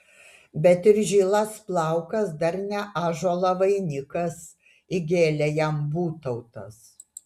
bet ir žilas plaukas dar ne ąžuolo vainikas įgėlė jam būtautas